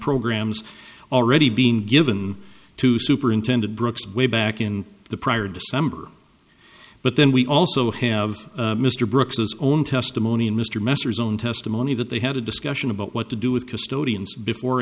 programs already being given to superintendent brooks way back in the prior december but then we also have mr brooks is own testimony in mr masters own testimony that they had a discussion about what to do is custodians before